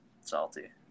salty